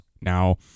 Now